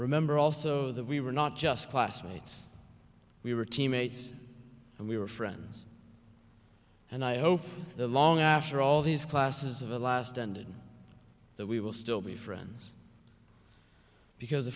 remember also that we were not just classmates we were teammates and we were friends and i hope the long after all these classes of the last ended that we will still be friends because a